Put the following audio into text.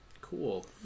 cool